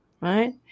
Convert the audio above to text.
right